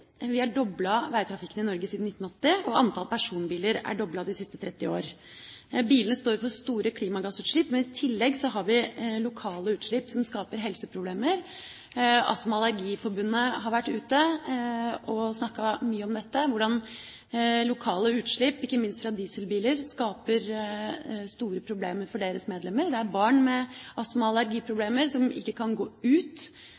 Vi har doblet veitrafikken i Norge siden 1980, og antallet personbiler er doblet de siste 30 årene. Bilene står for store klimagassutslipp, men i tillegg har vi lokale utslipp som skaper helseproblemer. Astma- og Allergiforbundet har vært ute og snakket mye om hvordan lokale utslipp, ikke minst fra dieselbiler, skaper store problemer for deres medlemmer. Det dreier seg om barn med astma- og allergiproblemer som ikke kan gå ut